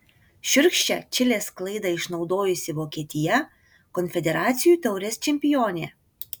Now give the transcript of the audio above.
šiurkščią čilės klaidą išnaudojusi vokietija konfederacijų taurės čempionė